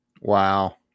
wow